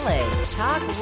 Talk